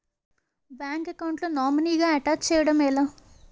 Bank account లో నామినీగా attach చేయడం ఎలా?